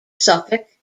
suffolk